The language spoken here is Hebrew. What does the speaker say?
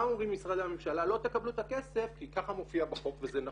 מה אומרים משרדי הממשלה לא תקבלו את הכסף כי ככה מופיע בחוק וזה נכון,